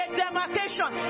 demarcation